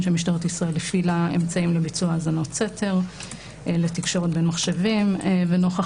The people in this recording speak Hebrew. שמשטרת ישראל הפעילה אמצעים לביצוע האזנות סתר לתקשורת בין מחשבים ונוכח